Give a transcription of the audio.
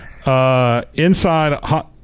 Inside